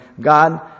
God